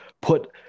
put